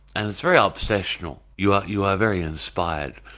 and it's very obsessional, you are you are very inspired.